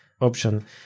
option